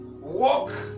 walk